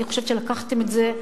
אני חושבת שלקחתם את זה,